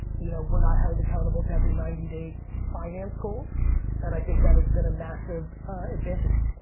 you know we're not held accountable to every ninety day finance goals and i think that has been a massive advantage.